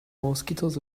mosquitoes